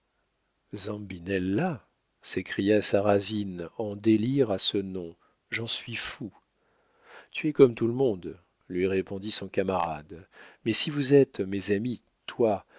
s'écria sarrasine en délire à ce nom j'en suis fou tu es comme tout le monde lui répondit son camarade mais si vous êtes mes amis toi